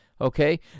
okay